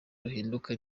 ruhinduka